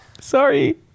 Sorry